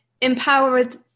empowered